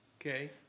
Okay